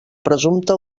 presumpte